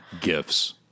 Gifts